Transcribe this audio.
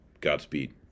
Godspeed